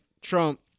Trump